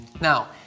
Now